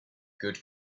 good